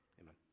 Amen